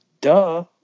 duh